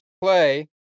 play